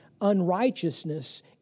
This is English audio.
unrighteousness